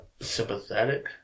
sympathetic